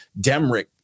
Demrick